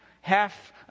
half